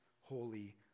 holy